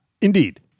Indeed